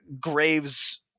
Graves